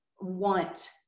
want